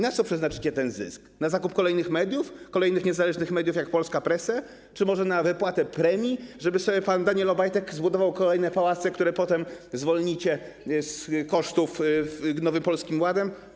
Na co przeznaczycie zysk: na zakup kolejnych mediów, kolejnych niezależnych mediów jak Polska Press, czy może na wypłatę premii, żeby sobie pan Daniel Obajtek zbudował kolejne pałace, które potem zwolnicie z kosztów w Nowym Polskim Ładzie?